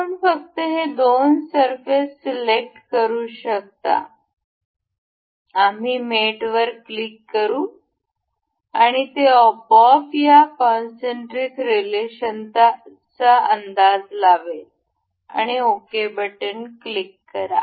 आपण फक्त हे दोन सरफेस सिलेक्ट करू शकता आम्ही मेटवर क्लिक करू आणि ते आपोआप या कॉन्सन्ट्रिक रिलेशनचा अंदाज लावेल आणि ओके बटन क्लिक करा